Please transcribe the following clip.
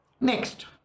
next